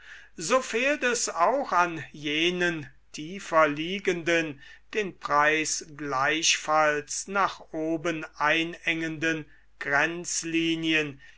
so fehlt es auch an jenen tiefer liegenden den preis gleichfalls nach oben einengenden grenzlinien